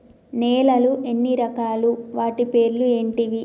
నేలలు ఎన్ని రకాలు? వాటి పేర్లు ఏంటివి?